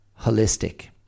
holistic